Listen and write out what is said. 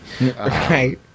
Right